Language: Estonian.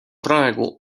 praegu